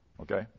Okay